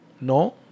No